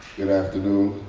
good afternoon.